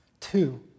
two